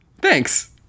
Thanks